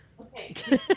Okay